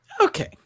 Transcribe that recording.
Okay